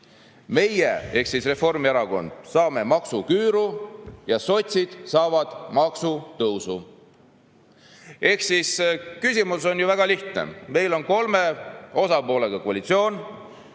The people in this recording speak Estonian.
meie (Ehk siis Reformierakond. – L. L.) saame maksuküüru, sotsid saavad maksutõusu." Ehk küsimus on ju väga lihtne. Meil on kolme osapoolega koalitsioon.